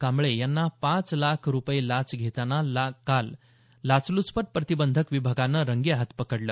कांबळे यांना पाच लाख रूपये लाच घेताना काल लाचलुचपत प्रतिबंधक विभागानं रंगेहाथ पकडलं